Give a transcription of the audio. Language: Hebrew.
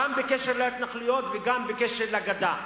גם בקשר להתנחלויות וגם בקשר לגדה.